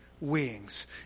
wings